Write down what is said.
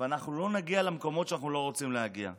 ושאנחנו לא נגיע למקומות שאנחנו לא רוצים להגיע אליהם.